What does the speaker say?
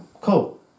cool